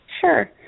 Sure